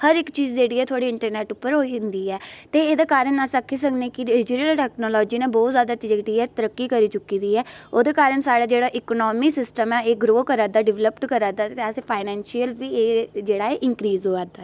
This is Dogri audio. हर इक चीज जह्ड़ी ऐ थुआढ़ी इंटरनैट पर होई जंदी ऐ ते एह्दे कारण अस आक्खी सकने कि जेह्ड़ी टैक्नाॅलजी ने बहुत ज्यादा तरक्की करी चुकी दी ऐ ओह्दा कारण साढ़ा जेह्ड़ा इक्नामी सिस्टम एह् ग्रो करा'दा डिवलेप्ट करा'दा अस फाईनैंसियल बी एह् जेह्ड़ा ऐ इनक्रीज होआ दा ऐ